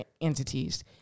entities